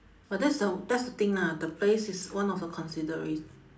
but that's the that's the thing lah the place is one of a considera~